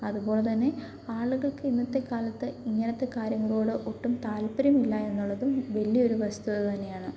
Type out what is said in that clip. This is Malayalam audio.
അതുപോലെ തന്നെ ആളുകൾക്ക് ഇന്നത്തെ കാലത്ത് ഇങ്ങനത്തെ കാര്യങ്ങളോട് ഒട്ടും താല്പര്യമില്ല എന്നുള്ളതും വലിയൊരു വസ്തുത തന്നെയാണ്